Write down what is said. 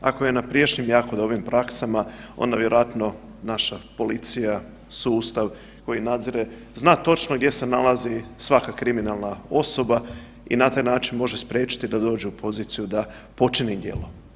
Ako je na prijašnjim jako dobrim praksama onda vjerojatno naša policija, sustav koji nadzire zna točno gdje se nalazi svaka kriminalna osoba i na taj način može spriječiti da dođe u poziciju da počini djelo.